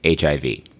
HIV